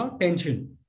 tension